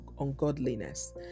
ungodliness